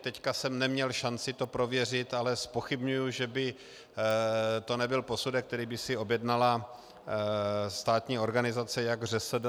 Teď jsem neměl šanci to prověřit, ale zpochybňuji, že by to nebyl posudek, který by si objednala státní organizace, jak ŘSD, tak SŽDC.